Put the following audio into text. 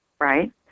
right